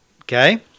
Okay